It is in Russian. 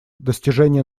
достижение